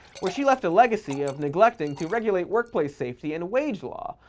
where she left a legacy of neglecting to regulate workplace safety and wage law,